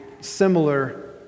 similar